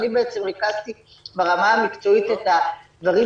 אני ריכזתי ברמה המקצועית את הדברים